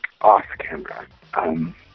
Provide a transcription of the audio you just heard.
off-camera